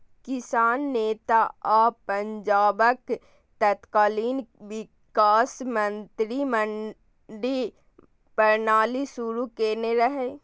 किसान नेता आ पंजाबक तत्कालीन विकास मंत्री मंडी प्रणाली शुरू केने रहै